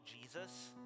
Jesus